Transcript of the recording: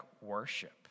worship